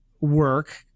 work